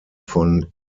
von